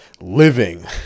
living